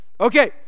Okay